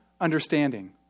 understanding